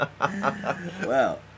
Wow